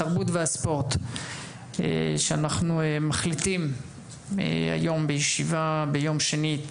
התרבות והספורט שאנחנו מחליטים היום בישיבה ביום שני,